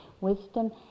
Wisdom